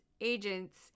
agents